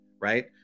right